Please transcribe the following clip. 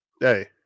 Hey